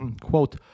quote